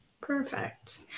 Perfect